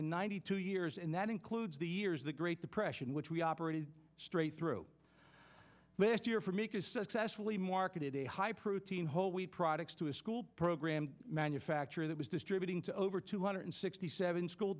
in ninety two years and that includes the years the great depression which we operated straight through last year for makers successfully marketed a high protein whole wheat products to a school program manufacturer that was distributing to over two hundred sixty seven school